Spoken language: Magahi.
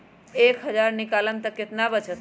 एक हज़ार निकालम त कितना वचत?